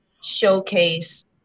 showcase